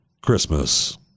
christmas